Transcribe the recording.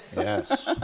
Yes